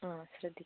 അ ശ്രദ്ധിക്കാം